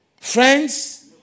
friends